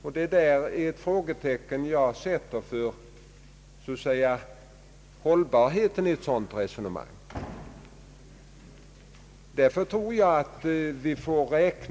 Jag vill sätta ett frågetecken för hållbarheten i ett sådant resonemang.